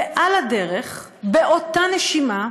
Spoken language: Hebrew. ועל הדרך, באותה נשימה,